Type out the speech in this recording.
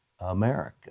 America